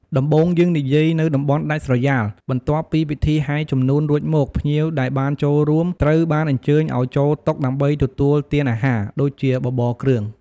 ដំបូងយើងនិយាយនៅតំបន់ដាច់ស្រយាល បន្ទាប់ពីពិធីហែជំនូនរួចមក ភ្ញៀវដែលបានចូលរួមត្រូវបានអញ្ជើញអោយចូលតុដើម្បីទទួលទានអាហារ ដូចជាបបរគ្រឿង។